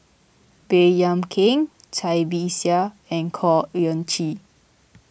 Baey Yam Keng Cai Bixia and Khor Ean Ghee